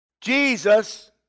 Jesus